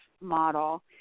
model